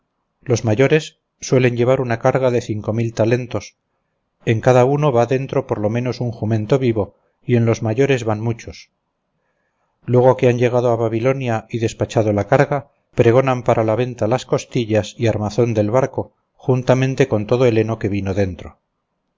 los mayores suelen llevar una carga de cinco mil talentos en cada uno va dentro por lo menos un jumento vivo y en los mayores van muchos luego que han llegado a babilonia y despachado la carga pregonan para la venta las costillas y armazón del barco juntamente con todo el heno que vino dentro